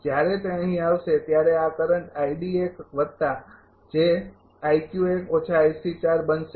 જ્યારે તે અહીં આવશે ત્યારે આ કરંટ બનશે